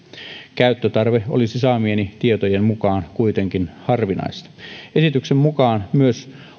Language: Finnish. käyttötarve olisi saamieni tietojen mukaan kuitenkin harvinaista esityksen mukaan myös